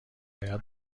باید